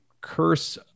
curse